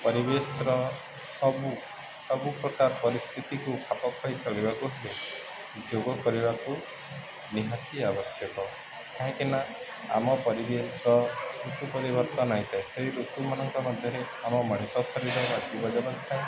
ପରିବେଶର ସବୁ ସବୁପ୍ରକାର ପରିସ୍ଥିତିକୁ ଖାପଖୁଏଇ ଚଲିବାକୁ ହୁଏ ଯୋଗ କରିବାକୁ ନିହାତି ଆବଶ୍ୟକ କାହିଁକିନା ଆମ ପରିବେଶର ଋତୁ ପରିବର୍ତ୍ତନ ହୋଇଥାଏ ସେଇ ଋତୁମାନଙ୍କ ମଧ୍ୟରେ ଆମ ମଣିଷ ଶରୀର